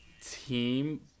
team